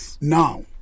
Now